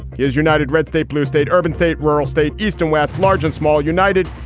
he is united red state, blue state, urban state, rural state, east and west, large and small, united.